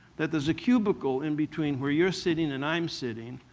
that there's a cubicle in between where you're sitting and i'm sitting,